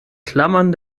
klammern